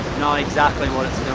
know exactly what it's